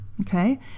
okay